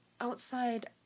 outside